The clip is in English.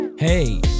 Hey